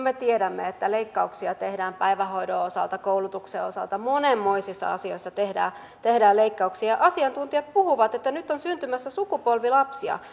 me tiedämme että leikkauksia tehdään päivähoidon osalta koulutuksen osalta monenmoisissa asioissa tehdään tehdään leikkauksia asiantuntijat puhuvat että nyt on syntymässä sukupolvi lapsia